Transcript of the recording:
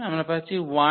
আমরা পাচ্ছি 12